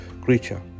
creature